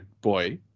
boy